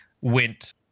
went